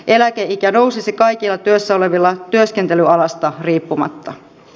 eläkeikä nousisi kaikilla työssä olevilla työskentelyalasta riippumatta